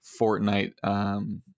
Fortnite